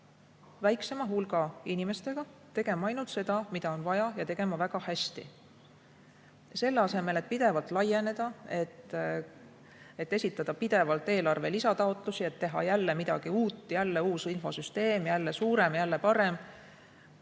väiksema hulga inimestega ja tegema ainult seda, mida on vaja teha, ja tegema seda väga hästi, selle asemel et pidevalt laieneda, esitada pidevalt eelarve lisataotlusi, teha jälle midagi uut, jälle uus infosüsteem, jälle suurem, jälle parem.